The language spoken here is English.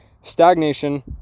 stagnation